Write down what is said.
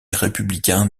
républicain